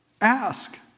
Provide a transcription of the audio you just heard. Ask